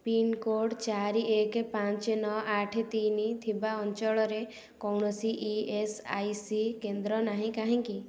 pincode ଚାରି ଏକ ପାଞ୍ଚ ନଅ ଆଠ ତିନି ଥିବା ଅଞ୍ଚଳରେ କୌଣସି ଇ ଏସ୍ ଆଇ ସି କେନ୍ଦ୍ର ନାହିଁ କାହିଁକି